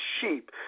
sheep